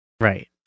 Right